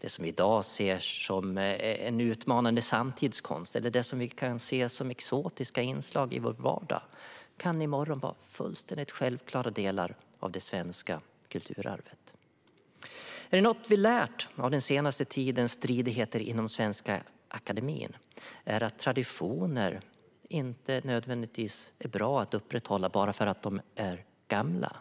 Det som i dag ses som utmanande samtidskonst eller det vi ser som exotiska inslag i vår vardag kan i morgon vara fullständigt självklara delar av det svenska kulturarvet. Är det något vi har lärt oss av den senaste tidens stridigheter inom Svenska Akademien är det att traditioner inte nödvändigtvis är bra att upprätthålla bara för att de är gamla.